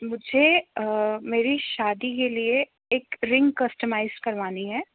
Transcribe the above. मुझे मेरी शादी के लिए एक रिंग कस्टमाइज़ करवानी है